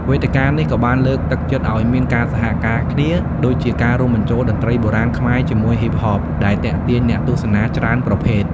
វេទិកានេះក៏បានលើកទឹកចិត្តឲ្យមានការសហការគ្នា ដូចជាការរួមបញ្ចូលតន្ត្រីបុរាណខ្មែរជាមួយហ៊ីបហប ដែលទាក់ទាញអ្នកទស្សនាច្រើនប្រភេទ។